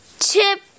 Chip